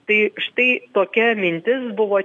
tai štai tokia mintis buvo